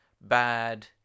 bad